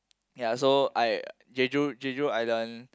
ya so I Jeju Jeju Island